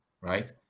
right